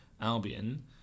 Albion